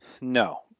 No